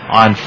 on